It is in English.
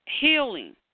healing